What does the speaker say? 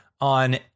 on